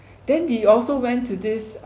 then we also went to this um